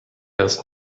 erst